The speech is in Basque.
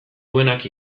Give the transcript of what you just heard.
duenak